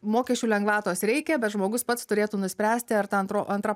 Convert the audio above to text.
mokesčių lengvatos reikia bet žmogus pats turėtų nuspręsti ar ta antro antra